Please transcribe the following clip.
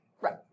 Right